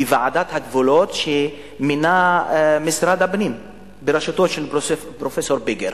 בוועדת הגבולות שמינה משרד הפנים בראשותו של פרופסור בקר.